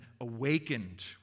awakened